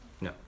No